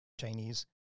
Chinese